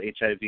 HIV